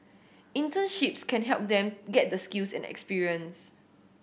internships can help them get the skills and experience